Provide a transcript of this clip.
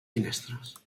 finestres